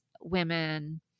women